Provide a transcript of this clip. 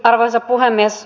arvoisa puhemies